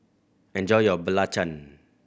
enjoy your belacan